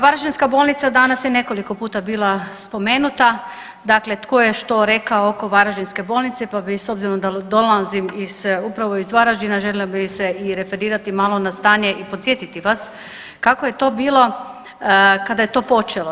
Varaždinska bolnica danas je nekoliko puta bila spomenuta, dakle tko je što rekao oko varaždinske bolnice, pa bi s obzirom da dolazim iz upravo iz Varaždina željela bih se i referirati malo na stanje i podsjetiti vas kako je to bilo kada je to počelo.